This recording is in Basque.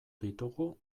ditugu